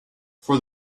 for